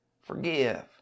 Forgive